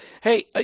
Hey